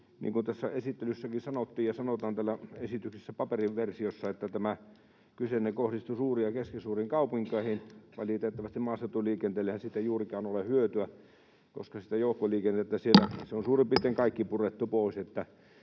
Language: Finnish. kuin tässä esittelyssäkin sanottiin ja sanotaan täällä esityksessä, paperiversiossa — kohdistuu suuriin ja keskisuuriin kaupunkeihin. Valitettavasti maaseutuliikenteellehän siitä ei juurikaan ole hyötyä, koska siitä joukkoliikenteestä siellä suurin piirtein kaikki on purettu pois